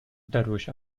dadurch